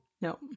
no